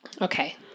Okay